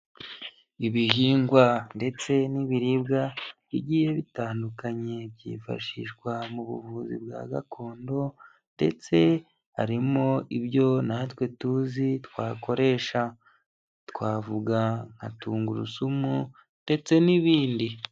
Ibihingwa ndetse n'ibiribwa bigiye bitandukanye byifashishwa mu buvuzi bwa gakondo ndetse harimo ibyo natwe tuzi twakoresha, twavuga nka tungurusumu ndetse n'ibindi.